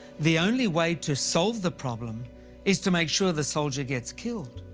the only way to solve the problem is to make sure the soldier gets killed,